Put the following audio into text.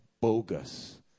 bogus